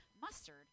mustard